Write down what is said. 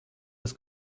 des